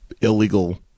illegal